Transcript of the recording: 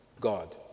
God